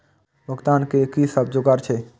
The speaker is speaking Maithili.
भुगतान के कि सब जुगार छे?